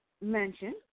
Mention